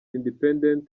independent